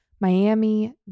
Miami